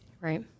Right